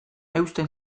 eusten